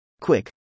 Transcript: Quick